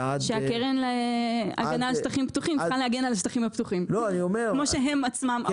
הקרן לשטחים פתוחים צריכה להגן על השטחים הפתוחים כפי שהם עצמם אמרו.